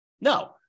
no